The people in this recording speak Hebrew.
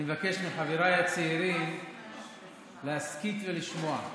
אני מבקש מחבריי הצעירים להסכית ולשמוע.